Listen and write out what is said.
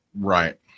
right